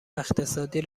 اقتصادی